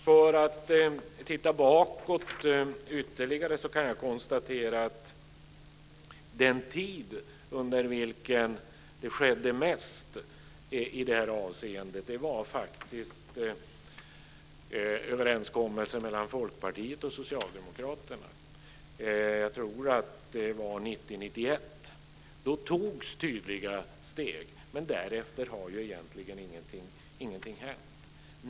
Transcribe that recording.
För att titta bakåt ytterligare kan jag konstatera att den tid under vilken det skedde mest i detta avseende var tiden för överenskommelsen mellan Folkpartiet och Socialdemokraterna. Jag tror att det var 1990 1991. Då togs tydliga steg. Men därefter har egentligen ingenting hänt.